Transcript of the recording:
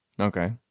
Okay